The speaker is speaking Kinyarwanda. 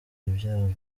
ibyago